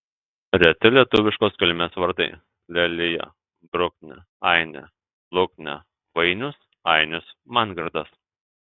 reti lietuviškos kilmės vardai lelija bruknė ainė luknė vainius ainis mangirdas